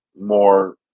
more